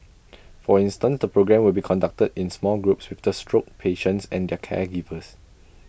for instance the programme will be conducted in small groups with the stroke patients and their caregivers